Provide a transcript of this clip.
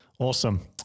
Awesome